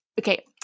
Okay